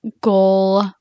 goal